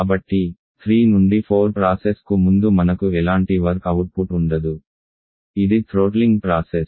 కాబట్టి 3 నుండి 4 ప్రాసెస్ కు ముందు మనకు ఎలాంటి వర్క్ అవుట్పుట్ ఉండదు ఇది థ్రోట్లింగ్ ప్రాసెస్